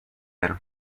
del